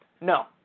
No